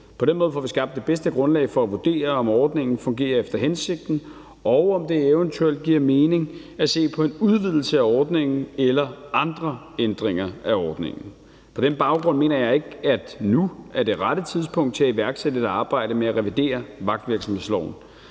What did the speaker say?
På den måde får vi skabt det bedste grundlag for at vurdere, om ordningen fungerer efter hensigten, og om det eventuelt giver mening at se på en udvidelse af ordningen eller andre ændringer af ordningen. På den baggrund mener jeg ikke, at nu er det rette tidspunkt at iværksætte et arbejde med at revidere vagtvirksomhedsloven,